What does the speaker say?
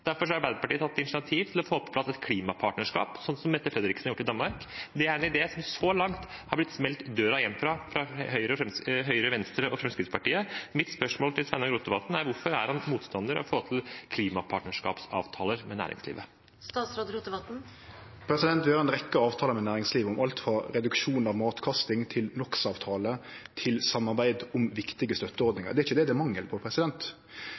Derfor har Arbeiderpartiet tatt initiativ til å få på plass et klimapartnerskap, slik som Mette Frederiksen har gjort i Danmark. Det er – så langt – en idé døren har blitt smelt igjen for fra Høyre, Venstre og Fremskrittspartiet. Mitt spørsmål til Sveinung Rotevatn er: Hvorfor er han motstander av å få til klimapartnerskapsavtaler med næringslivet? Vi har ei rekkje avtaler med næringslivet om alt frå reduksjon av matkasting til NO x -avtale og til samarbeid om viktige støtteordningar. Det er ikkje det det er mangel på.